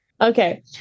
okay